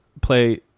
play